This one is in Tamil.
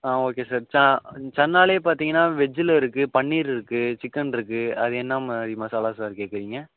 ஆ ஓகே சார் ச சென்னாலே பார்த்திங்கன்னா வெஜ்ஜில் இருக்குது பன்னீர் இருக்குது சிக்கன் இருக்குது அது என்ன மாதிரி மசாலா சார் கேக்கிறீங்க